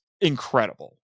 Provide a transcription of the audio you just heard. incredible